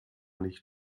nicht